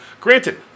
Granted